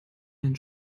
dein